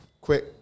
quick